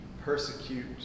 persecute